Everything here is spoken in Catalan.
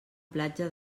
platja